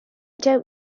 don’t